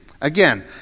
Again